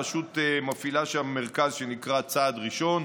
הרשות מפעילה שם מרכז שנקרא "צעד ראשון",